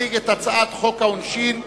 ולהציג את הצעת חוק העונשין (תיקון,